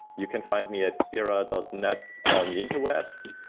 you can find me at xeraa dot net on the interwebs,